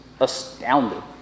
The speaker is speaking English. Astounded